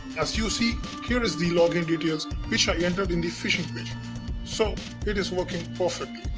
as you see here is the login details which i entered in the phishing page so it is working perfectly